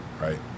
right